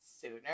sooner